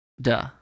Duh